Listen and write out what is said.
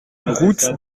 route